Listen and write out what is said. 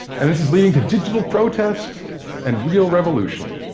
and this is leading to digital protest and real revolution.